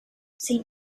saint